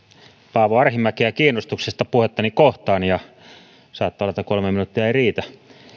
paavo arhinmäkeä kiinnostuksesta puhettani kohtaan saattaa olla että kolme minuuttia ei riitä